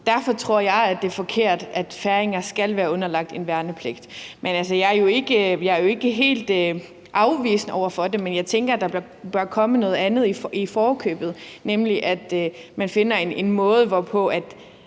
Derfor tror jeg, at det er forkert, at færinger skal være underlagt en værnepligt. Men vi er jo ikke helt afvisende over for det, men jeg tænker, der bør komme noget andet i forkøbet, nemlig at man finder en måde, hvorpå det